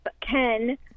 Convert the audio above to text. Ken